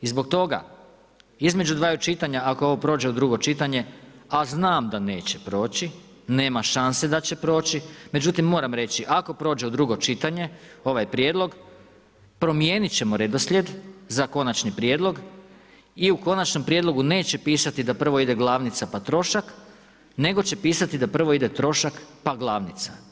I zbog toga između dvaju čitanja ako ovo prođe u drugo čitanje, a znam da neće proći, nema šanse da će proći, međutim moram reći, ako prođe u drugo čitanje ovaj prijedlog, promijenit ćemo redoslijed za konačni prijedlog i u konačnom prijedlogu neće pisati da prvo ide glavnica pa trošak nego će pisati da prvo ide trošak pa glavnica.